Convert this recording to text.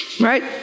Right